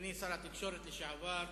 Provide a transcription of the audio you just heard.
אדוני שר התקשורת לשעבר,